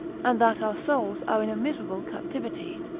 and that our souls are in a miserable captivity,